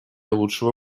лучшего